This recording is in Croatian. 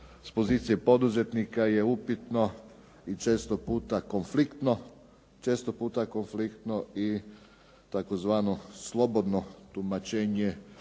s pozicije poduzetnika je upitno i često puta konfliktno i tzv. slobodno tumačenje